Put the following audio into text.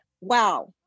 Wow